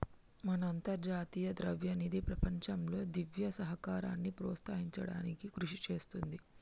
మన అంతర్జాతీయ ద్రవ్యనిధి ప్రపంచంలో దివ్య సహకారాన్ని ప్రోత్సహించడానికి కృషి చేస్తుంది